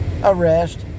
arrest